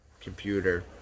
computer